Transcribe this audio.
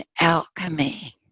alchemy